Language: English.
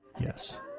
yes